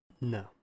No